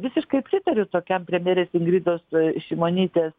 visiškai pritariu tokiam premjerės ingridos šimonytės